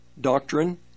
doctrine